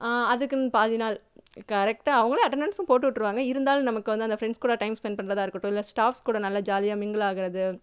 அதுக்குனு பாதிநாள் கரெக்டாக அவங்களே அட்டனன்ஸும் போட்டுவிட்ருவாங்க இருந்தாலும் நமக்கு வந்து அந்த ஃப்ரண்ட்ஸ் கூட டைம் ஸ்பெண்ட் பண்றதாக இருக்கட்டும் இல்லை ஸ்டாப்ஸ் கூட நல்லா ஜாலியாக மிங்கிள் ஆகிறது